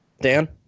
Dan